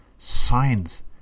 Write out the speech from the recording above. Science